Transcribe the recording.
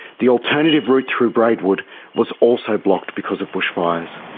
the alternative route through braidwood was also blocked because of bushfires.